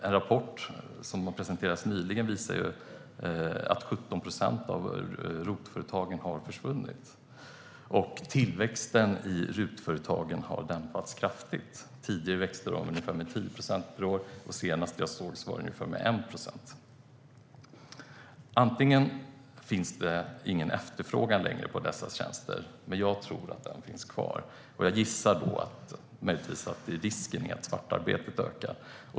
En rapport som nyligen presenterats visar att 17 procent av ROT-företagen har försvunnit, och tillväxten i RUT-företagen har dämpats kraftigt. Tidigare växte de med ungefär 10 procent per år. Den senaste siffra jag har sett är ungefär 1 procent. En möjlighet är att det inte finns någon efterfrågan på dessa tjänster längre, men jag tror att den finns kvar. Jag gissar att det finns en risk för att svartarbetet ökar.